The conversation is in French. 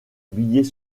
billet